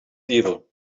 evil